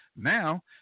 now